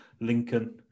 Lincoln